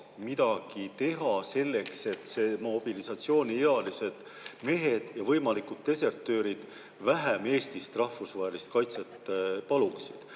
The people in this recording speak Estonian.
midagi teha selleks, et mobilisatsiooniealised mehed ja võimalikud desertöörid vähem Eestist rahvusvahelist kaitset paluksid,